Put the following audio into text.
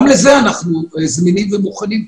גם בזה אנחנו זמינים ומוכנים.